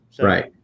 Right